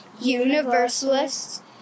universalists